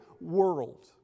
world